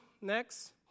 Next